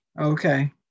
Okay